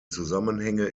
zusammenhänge